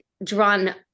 Drawn